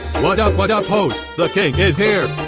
waddup waddup hoes, the king is here